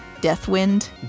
Deathwind